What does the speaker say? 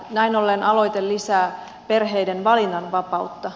näin ollen aloite lisää perheiden valinnanvapautta